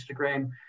Instagram